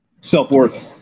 Self-worth